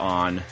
on